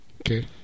okay